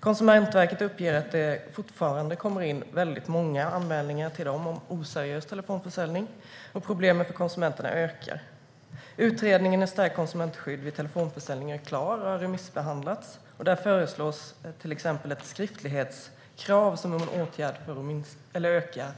Konsumentverket uppger att det fortfarande kommer in många anmälningar om oseriös telefonförsäljning, och problemen för konsumenterna ökar. Utredningen Ett stärkt konsumentskydd vid telefonförsäljning är klar och har remissbehandlats. Där föreslås till exempel ett skriftlighetskrav som en åtgärd för att